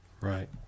Right